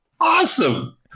awesome